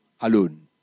alone